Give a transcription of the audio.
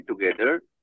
together